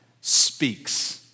Speaks